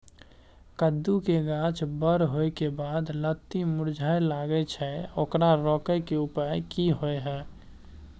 कद्दू के गाछ बर होय के बाद लत्ती मुरझाय लागे छै ओकरा रोके के उपाय कि होय है?